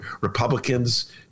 Republicans